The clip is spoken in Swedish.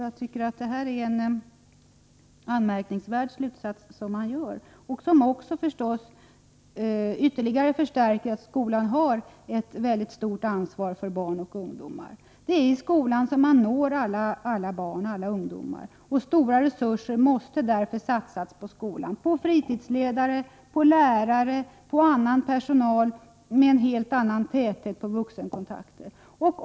Jag tycker att det är en anmärkningsvärd slutsats, som förstås ytterligare bekräftar att skolan har ett mycket stort ansvar för barn och ungdomar. Det är i skolan som man når alla barn och ungdomar. Stora resurser måste därför satsas på skolan, på fritidsledare, på lärare och annan personal och på en helt annan täthet i fråga om ungdomarnas vuxenkontakter.